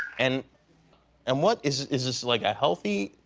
and and what, is is this like a healthy?